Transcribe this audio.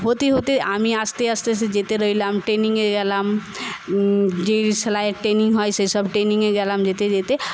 হতে হতে আমি আস্তে আস্তে সে যেতে রইলাম ট্রেনিংয়ে গেলাম যে সেলাই এর ট্রেনিং হয় সেইসব ট্রেনিংয়ে গেলাম যেতে যেতে